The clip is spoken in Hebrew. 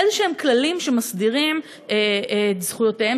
איזשהם כללים שמסדירים את זכויותיהם